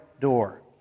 door